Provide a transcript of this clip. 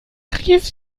rief